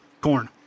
Corn